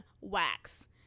wax